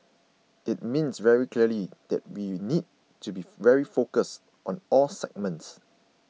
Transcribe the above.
it means very clearly that we need to beef very focused on all segments